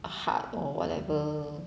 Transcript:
heart or whatever